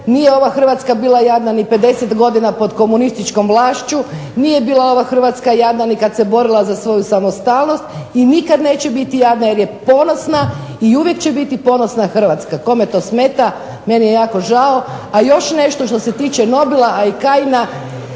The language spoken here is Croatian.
nije ova Hrvatska bila jadna ni 50 godina pod komunističkom vlašću, nije bila ova Hrvatska jadna ni kad se borila za svoju samostalnost i nikad neće biti jadna jer je ponosna i uvijek će biti ponosna Hrvatska. Kome to smeta meni je jako žao. A još nešto što se tiče Nobila, a i Kajina,